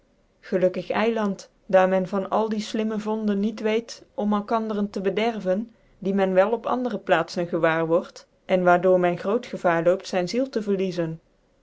lukkig eiland daar men van al die limme vonden niet weet om mal kanderen te bederven die men wel op andere plaatzen gewaar word en waar door men groot gevaar loopt zyn ziel te verliezen